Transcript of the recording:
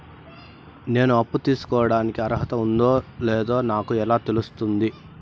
నేను అప్పు తీసుకోడానికి అర్హత ఉందో లేదో నాకు ఎలా తెలుస్తుంది?